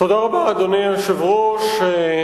אדוני היושב-ראש,